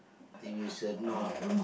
t_v said no